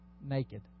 naked